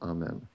Amen